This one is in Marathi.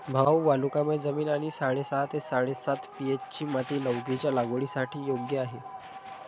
भाऊ वालुकामय जमीन आणि साडेसहा ते साडेसात पी.एच.ची माती लौकीच्या लागवडीसाठी योग्य आहे